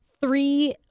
three